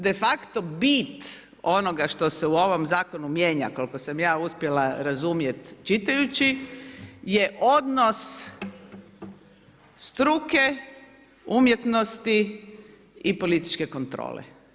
De facto bit onoga što se u ovom zakonu mijenja koliko sam ja uspjela razumjeti čitajući je odnos struke, umjetnosti i političke kontrole.